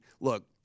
look